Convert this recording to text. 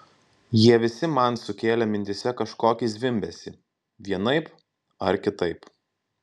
jie visi man sukėlė mintyse kažkokį zvimbesį vienaip ar kitaip